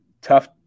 tough